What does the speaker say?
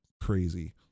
crazy